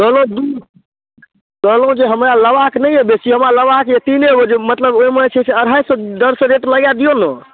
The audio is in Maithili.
कहलहुँ कहलहुँ जे हमरा लेबाक नहि अइ बेसी हमरा लेबाक यऽ तीनेगो जे मतलब ओइमे जे छै से अढ़ाइ सएके दरसँ रेट लगै दियौ ने